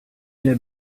der